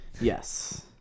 yes